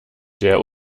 der